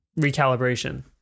recalibration